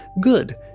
Good